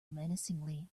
menacingly